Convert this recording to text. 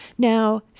Now